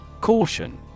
CAUTION